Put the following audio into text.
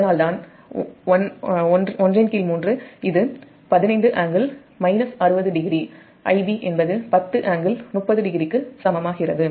அதனால் தான் 13 என்பது 15∟ 60oIb என்பது 10∟30o க்கு சமமாகிறது